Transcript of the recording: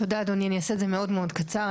תודה אדוני אני אעשה את זה מאוד מאוד קצר,